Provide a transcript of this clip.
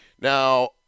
Now